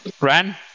Ran